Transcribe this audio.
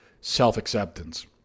self-acceptance